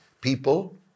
people